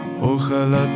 Ojalá